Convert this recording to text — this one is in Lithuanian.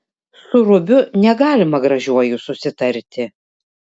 su rubiu negalima gražiuoju susitarti